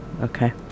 Okay